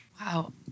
Wow